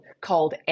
called